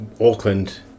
auckland